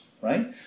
Right